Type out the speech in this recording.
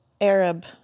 Arab